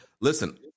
listen